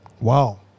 Wow